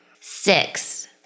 Six